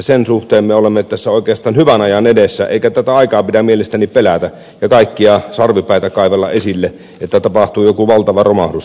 sen suhteen me olemme tässä oikeastaan hyvän ajan edessä eikä tätä aikaa pidä mielestäni pelätä ja kaikkia sarvipäitä kaivella esille että tapahtuu jokin valtava romahdus